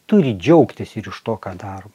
turi džiaugtis ir iš to ką daro